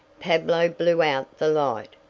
pablo blew out the light,